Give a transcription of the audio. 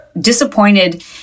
disappointed